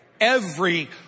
Every